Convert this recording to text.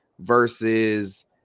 versus